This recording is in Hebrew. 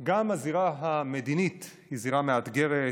גם הזירה המדינית היא זירה מאתגרת,